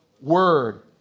Word